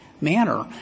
manner